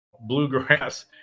bluegrass